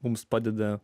mums padeda